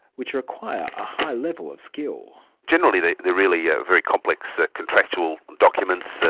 which require a high level of skill. generally they're really yeah very complex contractual documents,